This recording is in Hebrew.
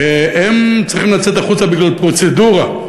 והם צריכים לצאת החוצה בגלל פרוצדורה,